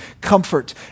comfort